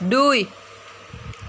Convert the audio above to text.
দুই